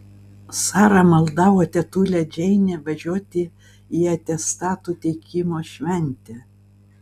sara maldavo tetulę džeinę važiuoti į atestatų teikimo šventę